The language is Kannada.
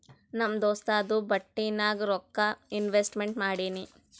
ನಮ್ ದೋಸ್ತುಂದು ಬಟ್ಟಿ ನಾಗ್ ರೊಕ್ಕಾ ಇನ್ವೆಸ್ಟ್ಮೆಂಟ್ ಮಾಡಿನಿ